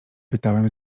pytałem